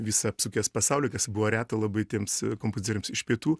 visą apsukęs pasaulį kas buvo reta labai tiems kompozitoriams iš pietų